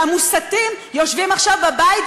והמוסתים יושבים עכשיו בבית,